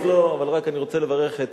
אני רק רוצה לברך את